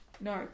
No